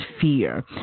fear